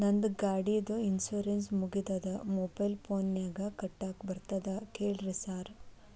ನಂದ್ ಗಾಡಿದು ಇನ್ಶೂರೆನ್ಸ್ ಮುಗಿದದ ಮೊಬೈಲ್ ಫೋನಿನಾಗ್ ಕಟ್ಟಾಕ್ ಬರ್ತದ ಹೇಳ್ರಿ ಸಾರ್?